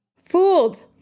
Fooled